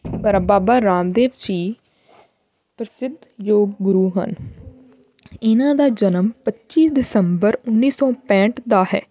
ਪਰ ਬਾਬਾ ਰਾਮਦੇਵ ਜੀ ਪ੍ਰਸਿੱਧ ਯੋਗ ਗੁਰੂ ਹਨ ਇਹਨਾਂ ਦਾ ਜਨਮ ਪੱਚੀ ਦਸੰਬਰ ਉੱਨੀ ਸੌ ਪੈਂਹਟ ਦਾ ਹੈ